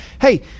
Hey